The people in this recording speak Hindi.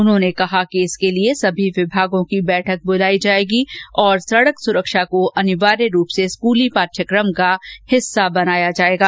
उन्होंने कहा कि इसके लिए सभी विभागों की बैठक बुलाई जाएगी और सड़क सुरक्षा को अनिवार्य रूप से स्कूली पाठ्यकम का हिस्सा बनाया जाएगा